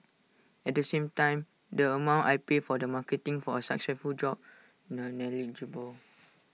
at the same time the amount I pay for the marketing from A successful job negligible